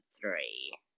three